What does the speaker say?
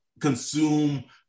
consume